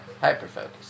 hyper-focus